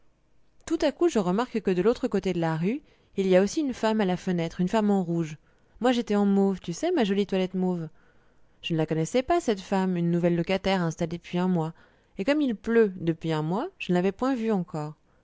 tout à coup je remarque que de l'autre côté de la rue il y a aussi une femme à la fenêtre une femme en rouge moi j'étais en mauve tu sais ma jolie toilette mauve je ne la connaissais pas cette femme une nouvelle locataire installée depuis un mois et comme il pleut depuis un mois je ne l'avais point vue encore